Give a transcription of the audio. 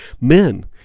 men